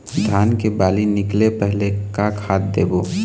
धान के बाली निकले पहली का खाद देबो?